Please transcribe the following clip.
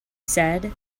said